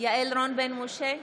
יעל רון בן משה,